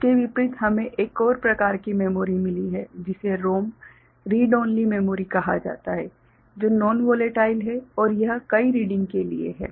इसके विपरीत हमें एक और प्रकार की मेमोरी मिली है जिसे ROM रीड ओनली मेमोरी कहा जाता है जो नॉन वोलेटाइल है और यह कई रीडिंग के लिए है